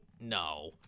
No